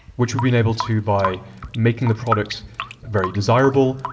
which we've been able to by making the products very desirable,